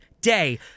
day